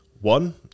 One